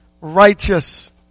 righteous